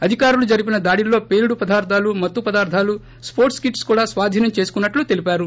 అధికారులు జరిపిన దాడుల్లో పేలుడు పదార్దాలు మత్తు పదార్థాలు న్పోర్ట్స్ కిట్స్ కూడా స్వాధీనం చేసుకున్నట్లు తెలిపారు